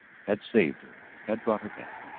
had saved her, had brought her back.